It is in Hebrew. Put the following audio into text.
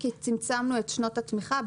כי צמצמנו את שנות התמיכה.